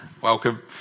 Welcome